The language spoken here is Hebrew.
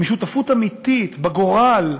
משותפות אמיתית בגורל,